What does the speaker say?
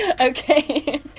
okay